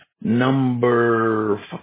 number